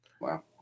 Wow